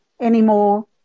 anymore